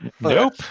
Nope